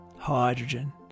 Hydrogen